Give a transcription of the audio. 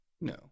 no